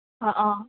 ꯑꯥ ꯑꯥ